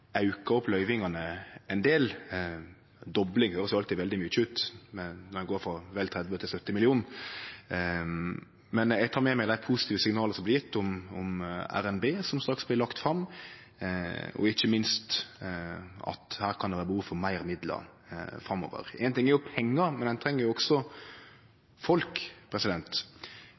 opp løyvingane ein del – dobling høyrest alltid veldig mykje ut – men ein går frå vel 30 mill. kr til 70 mill. kr. Men eg tek med meg dei positive signala som blir gjevne om RNB, som straks blir lagt fram, og ikkje minst at det her kan vere behov for meir midlar framover. Ein ting er jo pengar, men ein treng også folk.